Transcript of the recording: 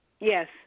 Yes